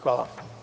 Hvala.